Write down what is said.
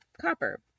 copper